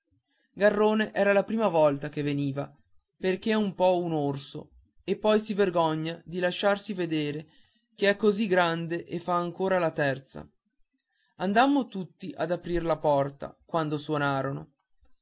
garrone era la prima volta che veniva perché è un po orso e poi si vergogna di lasciarsi vedere che è così grande e fa ancora la terza andammo tutti ad aprir la porta quando suonarono